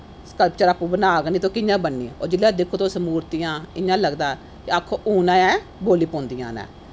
sculpture आपूं बनाह्ग निं ते कि'यां बनानी जिसलै दिक्को तुस मूर्तियां इ'यां लगदा ऐ के आक्खो हून गै बोली पौंदियां न